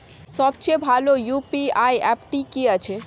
সবচেয়ে ভালো ইউ.পি.আই অ্যাপটি কি আছে?